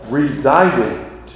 resided